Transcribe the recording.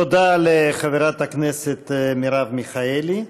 תודה לחברת הכנסת מרב מיכאלי.